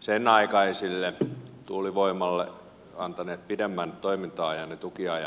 senaikaiselle tuulivoimalle antaneet pidemmän toiminta ajan ja tukiajan